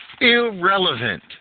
Irrelevant